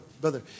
Brother